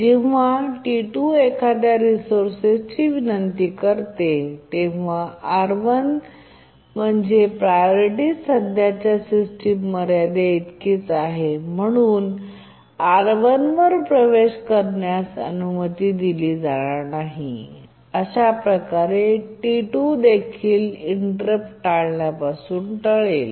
जेव्हा T2 एखाद्या रिसोर्सची विनंती करते तेव्हा R1 म्हणा म्हणजे प्रायोरिटी सध्याच्या सिस्टम मर्यादे इतकेच आहे म्हणूनच R1 वर प्रवेश करण्यास अनुमती दिली जाणार नाही आणि अशा प्रकारे T2 देखील इंटेररप्ट टाळण्यापासून टाळेल